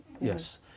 yes